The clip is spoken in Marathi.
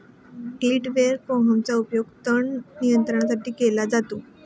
कल्टीवेटर कोहमचा उपयोग तण नियंत्रणासाठी केला जातो